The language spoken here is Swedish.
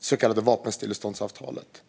så kallade vapenstilleståndsavtalet.